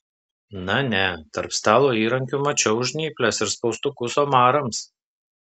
na ne tarp stalo įrankių mačiau žnyples ir spaustukus omarams